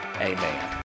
Amen